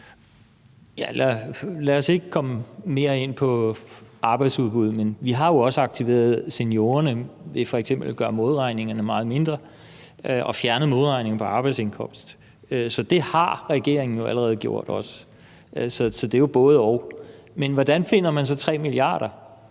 Lad os ikke komme mere ind på arbejdsudbuddet. Vi har jo også aktiveret seniorerne ved f.eks. at gøre modregningerne meget mindre og fjerne modregningen på arbejdsindkomst. Så det har regeringen jo allerede også gjort. Så det er jo både og. Men hvordan finder man så 3 mia. kr.?